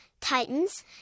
titans